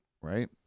Right